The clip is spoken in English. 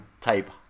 type